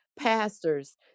pastors